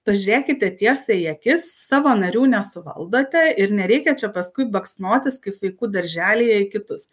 pažiūrėkite tiesai į akis savo narių nesuvaldote ir nereikia čia paskui baksnotis kaip vaikų darželyje į kitus